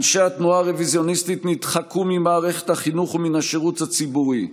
אנשי התנועה הרוויזיוניסטית נדחקו ממערכת החינוך ומן השירות הציבורי,